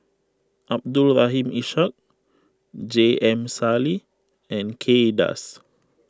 Abdul Rahim Ishak J M Sali and Kay Das